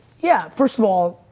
yeah first of all,